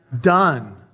done